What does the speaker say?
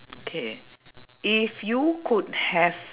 K if you could have